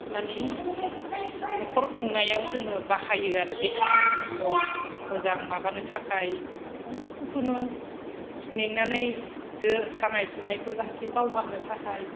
मानि न'खर खुंनायाव जोङो बाहायो आरो बेहाव बिखौ मोजां माबानो थाखाय जखुनु मेंनानै सानाय सुनायखौ जाहाथे बावगारनो थाखाय